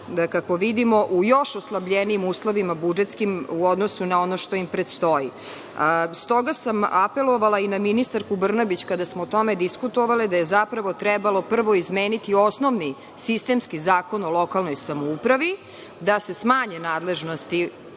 kako vidimo, u još oslabljenijim uslovima budžetskim u odnosu na ono što im predstoji. Apelovala sam i na ministarku Brnabić kada smo o tome diskutovale da je zapravo trebalo prvo izmeniti osnovni sistemski Zakon o lokalnoj samoupravi, da se smanje nadležnosti